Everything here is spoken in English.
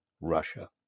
Russia